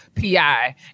PI